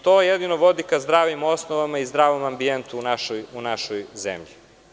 To jedino vodi ka zdravim osnovama i zdravom ambijentu u našoj zemlji.